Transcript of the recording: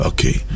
Okay